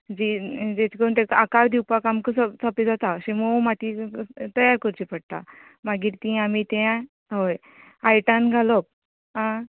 जी जेच करून तेका आकार दिवपाक आमकां सोंपें जाता अशी मोव माती तयार करची पडटा मागीर ती आमी ते हय आयटान घालप आ